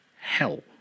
hell